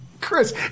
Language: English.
Chris